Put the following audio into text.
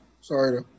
Sorry